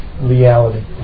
reality